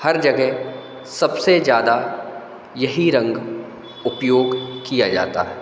हर जगह सबसे ज़्यादा यही रंग उपयोग किया जाता है